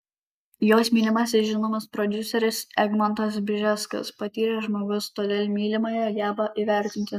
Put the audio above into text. jos mylimasis žinomas prodiuseris egmontas bžeskas patyręs žmogus todėl mylimąją geba įvertinti